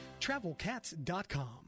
TravelCats.com